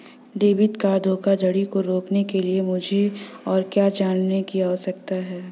Debit card धोखाधड़ी को रोकने के लिए मुझे और क्या जानने की आवश्यकता है?